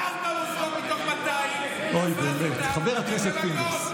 אתה מביא ארבעה מוסדות מתוך 200,